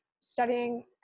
studying